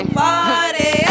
party